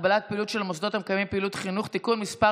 (הגבלת פעילות של מוסדות המקיימים פעילות חינוך) (תיקון מס'